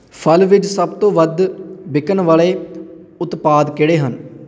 ਫਲ ਵਿੱਚ ਸਭ ਤੋਂ ਵੱਧ ਵਿਕਣ ਵਾਲੇ ਉਤਪਾਦ ਕਿਹੜੇ ਹਨ